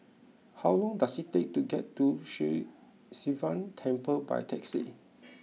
how long does it take to get to Sri Sivan Temple by taxi